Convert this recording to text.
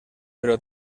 però